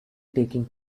taking